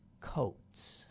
coats